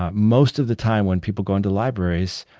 ah most of the time when people go into libraries,